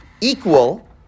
equal